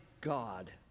God